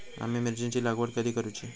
आम्ही मिरचेंची लागवड कधी करूची?